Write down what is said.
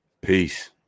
peace